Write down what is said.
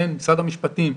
משרד המשפטים,